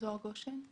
זוהר גושן.